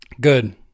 Good